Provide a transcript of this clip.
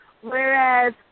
Whereas